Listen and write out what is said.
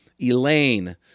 Elaine